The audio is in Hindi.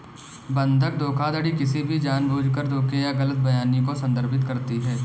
बंधक धोखाधड़ी किसी भी जानबूझकर धोखे या गलत बयानी को संदर्भित करती है